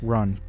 Run